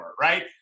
right